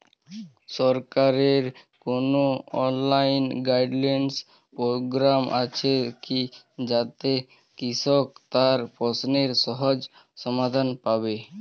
সরকারের কোনো online guidance programme আছে কি যাতে কৃষক তার প্রশ্নের সহজ সমাধান পাবে?